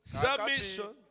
submission